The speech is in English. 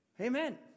Amen